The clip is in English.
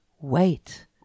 Wait